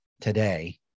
today